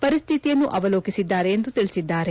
ಪರಿಸ್ಥಿತಿಯನ್ನು ಅವಲೋಕಿಸಿದ್ದಾರೆ ಎಂದು ತಿಳಿಸಿದ್ದಾರೆ